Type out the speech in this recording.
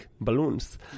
balloons